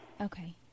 Okay